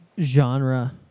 genre